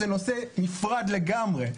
זה נושא נפרד לגמרי,